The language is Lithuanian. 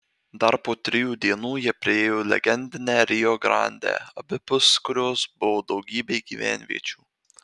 dar po trijų dienų jie priėjo legendinę rio grandę abipus kurios buvo daugybė gyvenviečių